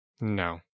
No